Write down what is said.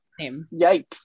yikes